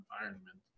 environment